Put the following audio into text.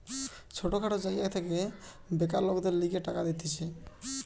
ছোট খাটো জায়গা থেকে বেকার লোকদের লিগে টাকা দিতেছে